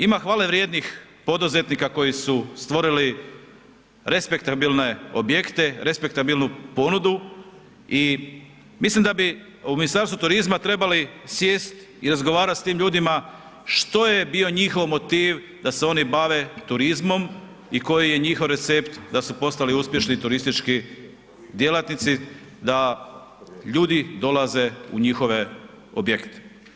Ima hvale vrijednih poduzetnika koji su stvorili respektabilne objekte, respektabilnu ponudu i mislim da bi u Ministarstvu turizma trebali sjest i razgovarat s tim ljudima što je bio njihov motiv da se oni bave turizmom i koji je njihov recept da su postali uspješni turistički djelatnici, da ljudi dolaze u njihove objekte.